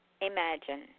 Imagine